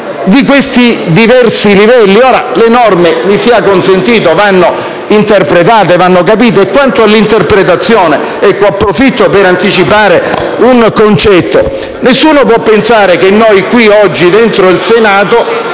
di questi diversi livelli. Le norme - mi sia consentito - vanno interpretate e capite e quanto all'interpretazione, approfitto per anticipare un concetto: nessuno può pensare che noi oggi in Senato